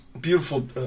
Beautiful